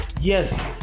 yes